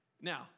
Now